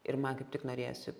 ir man kaip tik norėjosi